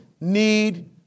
need